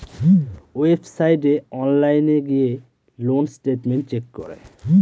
ওয়েবসাইটে অনলাইন গিয়ে loan statement check করে